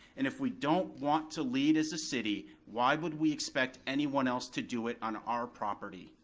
and if we don't want to lead as a city, why would we expect anyone else to do it on our property?